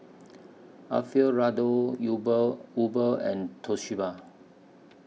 Alfio Raldo Uber Uber and Toshiba